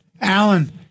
Alan